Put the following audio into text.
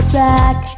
back